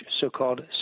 so-called